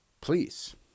please